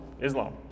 Islam